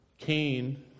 Cain